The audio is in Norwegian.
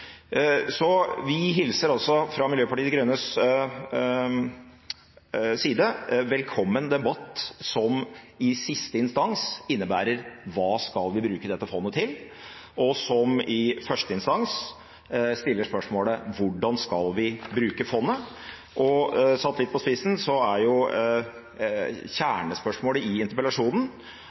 Så fra Miljøpartiet De Grønnes side hilser vi velkommen en debatt som i siste instans innebærer hva vi skal bruke dette fondet til, og som i første instans stiller spørsmålet: Hvordan skal vi bruke fondet? Satt litt på spissen er jo kjernespørsmålet i interpellasjonen: